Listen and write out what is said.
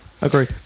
agree